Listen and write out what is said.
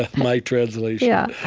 ah my translation, yeah